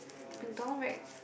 McDonald very